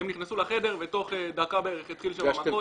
נכנסו לחדר ותוך דקה בערך התחילו שם מכות.